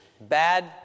bad